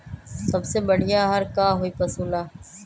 सबसे बढ़िया आहार का होई पशु ला?